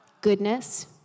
Goodness